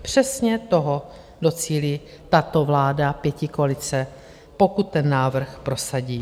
Přesně toho docílí tato vláda pětikoalice, pokud ten návrh prosadí.